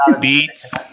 beats